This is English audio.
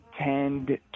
tend